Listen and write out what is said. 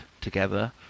together